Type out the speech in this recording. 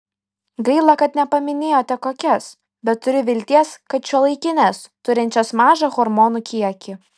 gaila kad nepaminėjote kokias bet turiu vilties kad šiuolaikines turinčias mažą hormonų kiekį